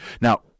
Now